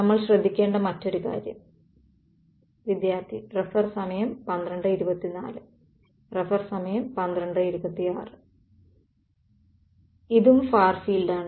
നമ്മൾ ശ്രദ്ധിക്കേണ്ട മറ്റൊരു കാര്യം ഇതും ഫാർ ഫീൾഡാണ്